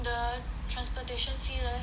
the transportation fee leh